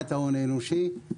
האנושי.